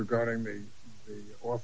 regarding me or